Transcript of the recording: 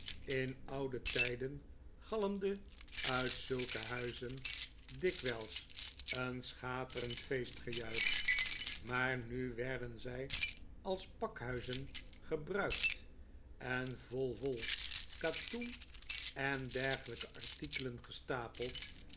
in oude tijden galmde uit zulke huizen dikwijls een schaterend feestgejuich maar nu werden zij als pakhuizen gebruikt en vol wol katoen en dergelijke artikelen gestapeld